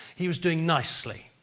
he was doing nicely.